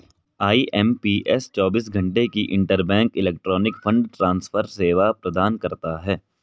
IMPS चौबीस घंटे की इंटरबैंक इलेक्ट्रॉनिक फंड ट्रांसफर सेवा प्रदान करता है